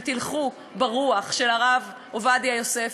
ותלכו ברוח של הרב עובדיה יוסף,